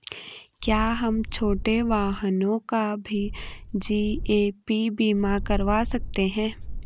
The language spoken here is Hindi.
क्या हम छोटे वाहनों का भी जी.ए.पी बीमा करवा सकते हैं?